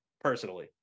personally